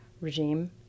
regime